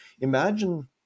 imagine